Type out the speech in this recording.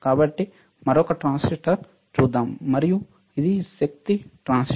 కాబట్టి మరొక ట్రాన్సిస్టర్ చూద్దాం మరియు ఇది శక్తి ట్రాన్సిస్టర్